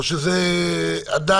או שזה עדיין